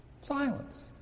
Silence